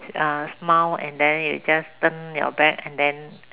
ah smile and then you just turn your back and then